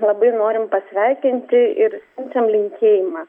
labai norim pasveikinti ir siunčiam linkėjimą